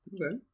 Okay